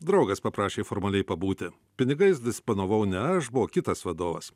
draugas paprašė formaliai pabūti pinigais disponavau ne aš buvo kitas vadovas